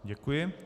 Děkuji.